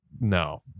no